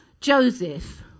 Joseph